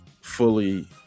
fully